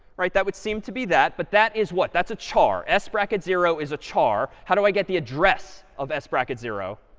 right? that would seem to be that. but that is what? that's a char. s bracket zero is a char. how do i get the address of s bracket zero?